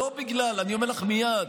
ואני אומר לך מייד,